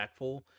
impactful